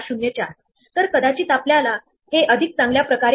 दुसऱ्या बाजूला असे पण होऊ शकते की टारगेट स्क्वेअर पर्यंत जाणे शक्य नाही